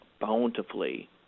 bountifully